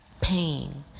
pain